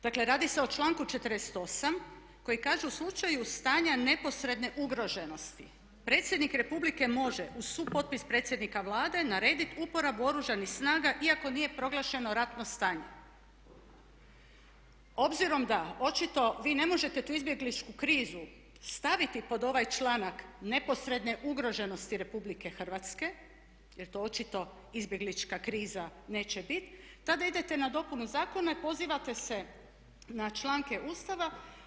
Dakle, radi se o članku 48. koji kaže: "U slučaju stanja neposredne ugroženosti predsjednik Republike može uz supotpis predsjednika Vlade naredit uporabu Oružanih snaga iako nije proglašeno ratno stanje." Obzirom da očito vi ne možete tu izbjegličku krizu staviti pod ovaj članak neposredne ugroženosti Republike Hrvatske, jer to očito izbjeglička kriza neće biti, tada idete na dopunu zakona i pozivate se na članke Ustava.